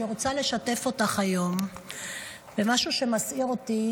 אני רוצה לשתף אותך היום במשהו שמסעיר אותי,